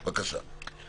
בבקשה.